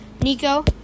Nico